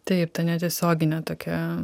taip ta netiesioginė tokia